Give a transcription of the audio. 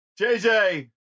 JJ